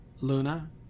Luna